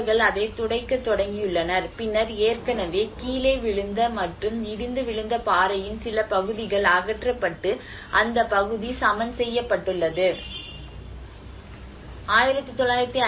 அவர்கள் அதைத் துடைக்கத் தொடங்கியுள்ளனர் பின்னர் ஏற்கனவே கீழே விழுந்த மற்றும் இடிந்து விழுந்த பாறையின் சில பகுதிகள் அகற்றப்பட்டு அந்த பகுதி சமன் செய்யப்பட்டுள்ளது